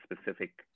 specific